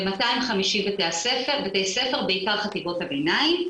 ב-250 בתי ספר בעיקר חטיבות הביניים,